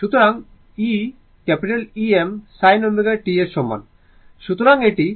সুতরাং e Em sin ω t এর সমান